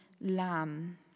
lamb